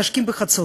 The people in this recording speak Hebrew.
מתנשקים בחצות.